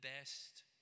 best